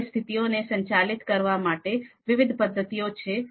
આવા પરિસ્થિતિઓ ને સંચાલિત કરવા માટે વિવિધ પદ્ધતિઓ છે